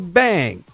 bang